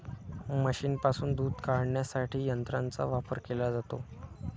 म्हशींपासून दूध काढण्यासाठी यंत्रांचा वापर केला जातो